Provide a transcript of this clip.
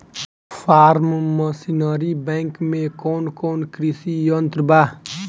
Form machinery bank में कौन कौन कृषि यंत्र बा?